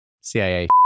CIA